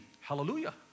Hallelujah